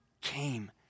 came